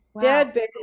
dad